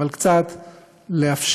אבל קצת לאפשר,